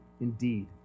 indeed